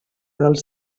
dels